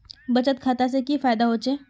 बचत खाता से की फायदा होचे?